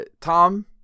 Tom